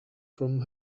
from